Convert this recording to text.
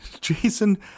Jason